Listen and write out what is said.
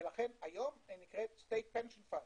לכן היום היא נקראת State Pension Fund.